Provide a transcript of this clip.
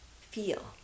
feel